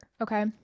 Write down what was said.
Okay